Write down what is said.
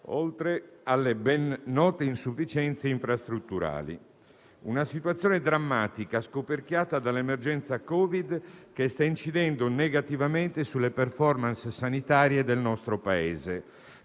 oltre alle ben note insufficienze infrastrutturali. È una situazione drammatica, quella scoperchiata dall'emergenza Covid, che sta incidendo negativamente sulle *performance* sanitarie del nostro Paese.